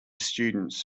students